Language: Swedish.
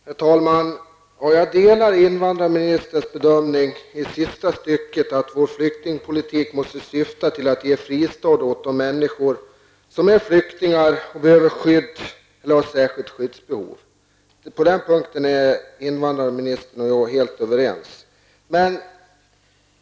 Herr talman! Jag delar invandrarministerns bedömning som redovisa i sista stycket, att vår flyktingpolitik måste syfta till att ge en fristad åt de människor som är flyktingar och behöver skydd. På den punkten är invandrarministern och jag helt överens.